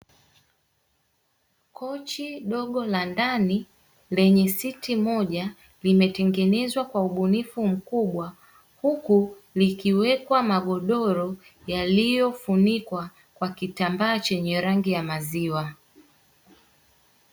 Kochi dogo la ndani lenye siti moja limetengenezwa kwa ubunifu mkubwa, huku likiwekwa magodoro yaliyofunikwa kwa kitambaa chenye rangi ya maziwa.